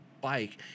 bike